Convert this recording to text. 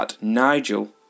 Nigel